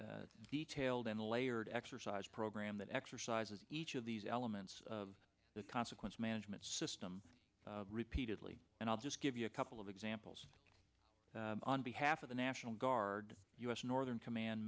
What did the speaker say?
detailed and layered exercise program that exercises each of these elements of the consequence management system repeatedly and i'll just give you a couple of examples on behalf of the national guard u s northern command